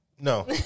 No